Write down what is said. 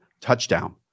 touchdown